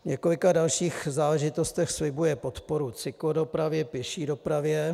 V několika dalších záležitostech slibuje podporu cyklodopravě, pěší dopravě.